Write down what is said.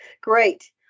Great